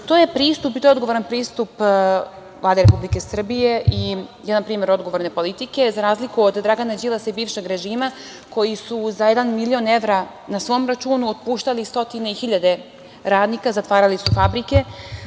je pristup i to je odgovoran pristup Vlade Republike Srbije i jedan primer odgovorne politike, za razliku od Dragana Đilasa i bivšeg režima koji su za jedan milion evra na svom računu otpuštali stotine i hiljade radnika, zatvarali su fabrike.